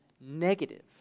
negative